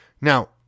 Now